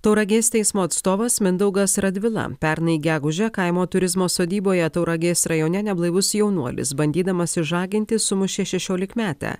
tauragės teismo atstovas mindaugas radvila pernai gegužę kaimo turizmo sodyboje tauragės rajone neblaivus jaunuolis bandydamas išžaginti sumušė šešiolikmetę